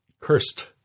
cursed